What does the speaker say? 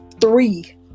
three